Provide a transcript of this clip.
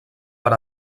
per